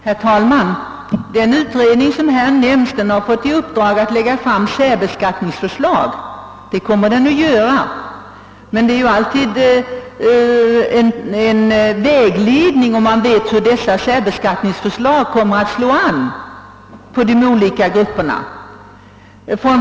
Herr talman! Den utredning som här nämns har fått i uppdrag att lägga fram särbeskattningsförslag, och det kommer den att göra. Men det skulle vara en vägledning om man visste hur detta särbeskattningsförslag kommer att slå an hos olika grupper.